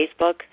Facebook